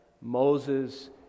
Moses